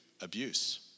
abuse